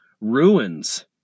ruins